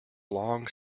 long